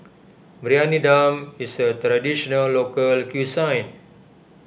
Briyani Dum is a Traditional Local Cuisine